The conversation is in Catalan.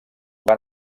van